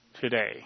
today